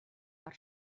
per